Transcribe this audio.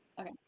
Okay